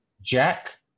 Jack